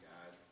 God